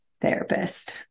therapist